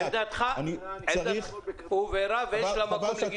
עמדתך הובהרה ויש לה מקום.